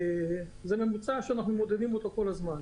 זה ממוצע שאנחנו מודדים אותו כל הזמן.